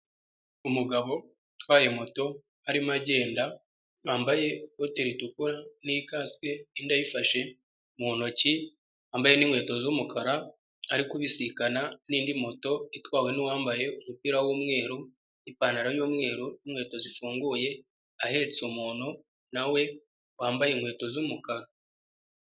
Umugabo utwaye moto arimo agenda wambaye ikote ritukura n'ikasike indi ayifashe mu ntoki, yambaye n'inkweto z'umukara ari kubisikana n'indi moto itwawe n'uwambaye umupira w'umweru n'ipantaro y'umweru n'inkweto zifunguye, ahetse umuntu na we wambaye inkweto z'umukara.